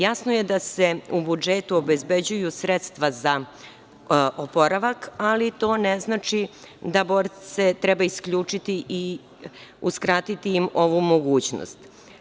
Jasno je da se u budžetu obezbeđuju sredstava za oporavak ali to ne znači da borce treba isključiti i uskratiti im ovu mogućnost.